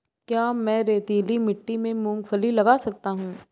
क्या मैं रेतीली मिट्टी में मूँगफली लगा सकता हूँ?